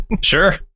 Sure